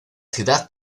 ciudad